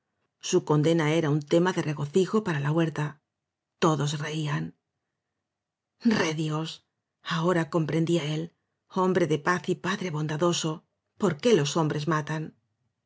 su condena era un tema de regocijo para la huerta todos reían redios ahora comprendía él hombre de paz y padre bondadoso por qué los hombres matan